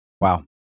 Wow